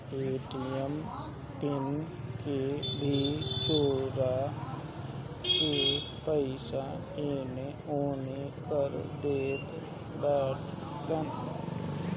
ATM PIN के भी चोरा के पईसा एनेओने कर देत बाड़ऽ सन